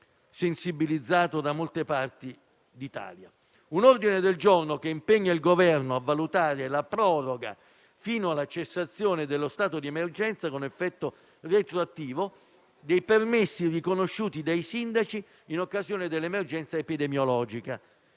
sensibilizzato da molte parti d'Italia). Segnalo altresì un altro ordine del giorno che impegna il Governo a valutare la proroga fino alla cessazione dello stato di emergenza, con effetto retroattivo, dei permessi riconosciuti dai sindaci in occasione dell'emergenza epidemiologica.